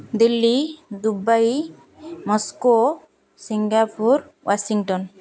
Delhi Dubai Moscow Singapore Washington